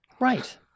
Right